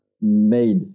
made